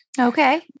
Okay